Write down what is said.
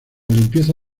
limpieza